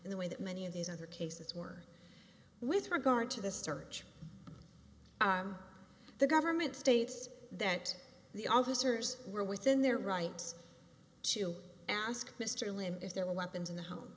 in the way that many of these other cases were with regard to the search the government states that the officers were within their rights to ask mr lim if there were weapons in the home